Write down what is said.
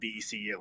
BECU